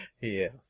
Yes